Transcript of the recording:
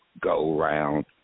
go-round